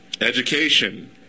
education